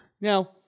Now